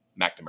McNamara